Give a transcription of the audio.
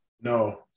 No